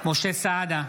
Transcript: משה סעדה,